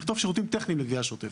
תכתוב שירותים טכניים לגבייה שוטפת.